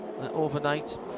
overnight